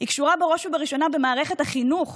היא קשורה, בראש ובראשונה, במערכת החינוך